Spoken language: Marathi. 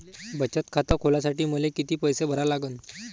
बचत खात खोलासाठी मले किती पैसे भरा लागन?